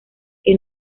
que